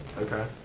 Okay